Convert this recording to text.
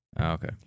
Okay